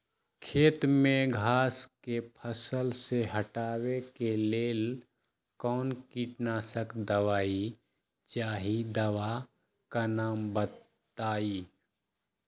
खेत में घास के फसल से हटावे के लेल कौन किटनाशक दवाई चाहि दवा का नाम बताआई?